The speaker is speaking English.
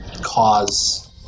cause